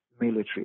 military